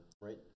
right